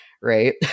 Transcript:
right